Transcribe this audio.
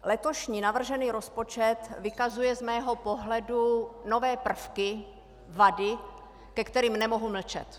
Letošní navržený rozpočet vykazuje z mého pohledu nové prvky, vady, ke kterým nemohu mlčet.